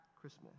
Christmas